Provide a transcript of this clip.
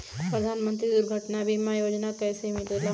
प्रधानमंत्री दुर्घटना बीमा योजना कैसे मिलेला?